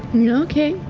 yeah, okay.